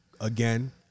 again